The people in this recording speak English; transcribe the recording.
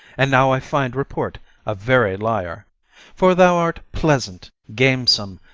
and now i find report a very liar for thou art pleasant, gamesome,